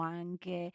anche